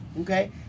okay